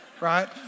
right